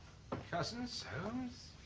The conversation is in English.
cousin soames.